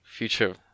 Future